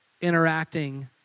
interacting